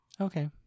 Okay